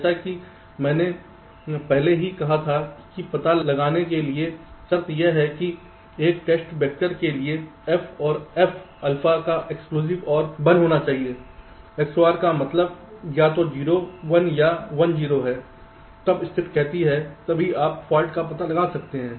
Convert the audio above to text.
जैसा कि मैंने पहले भी कहा था कि पता लगाने के लिए शर्त यह है कि एक टेस्ट वेक्टर के लिए f और f अल्फा का एक्सक्लूसिव OR 1 होना चाहिए XOR का मतलब या तो 0 1 या 1 0 है तब स्थिति कहती है तभी आप फाल्ट का पता लगा सकते हैं